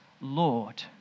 Lord